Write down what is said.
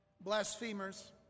blasphemers